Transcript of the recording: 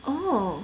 oh